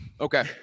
Okay